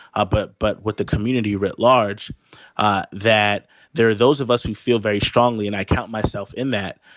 ah but but what the community writ large ah that there are those of us who feel very strongly and i count myself in that,